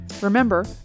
Remember